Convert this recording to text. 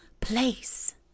place